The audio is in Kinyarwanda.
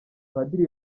padiri